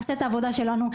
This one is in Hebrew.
נעשה את העבודה שלנו.